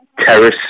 terrace